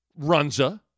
Runza